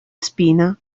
spina